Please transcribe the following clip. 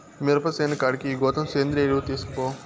మిరప సేను కాడికి ఈ గోతం సేంద్రియ ఎరువు తీస్కపో